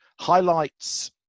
highlights